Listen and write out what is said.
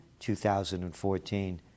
2014